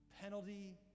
penalty